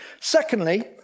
Secondly